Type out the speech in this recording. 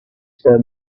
her